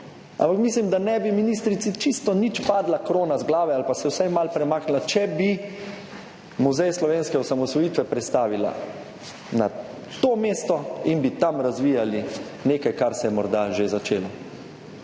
Ampak mislim, da ne bi ministrici čisto nič padla krona z glave ali pa se vsaj malo premaknila, če bi Muzej slovenske osamosvojitve prestavila na to mesto in bi tam razvijali nekaj, kar se je morda že začelo.